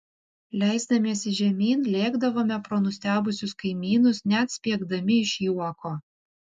leisdamiesi žemyn lėkdavome pro nustebusius kaimynus net spiegdami iš juoko